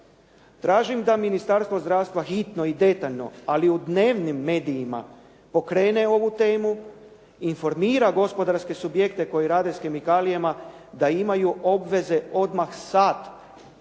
Tražim da Ministarstvo zdravstva hitno i detaljno, ali u dnevnim medijima pokrene ovu temu, informira gospodarske subjekte koji rade s kemikalijama da imaju obveze odmah sad